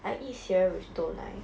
I eat cereal with 豆奶